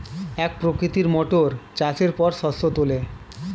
এক প্রকৃতির মোটর চাষের পর শস্য তোলে